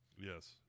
Yes